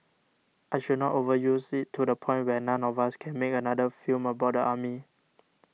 I should not overuse it to the point where none of us can make another film about the army